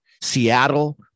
Seattle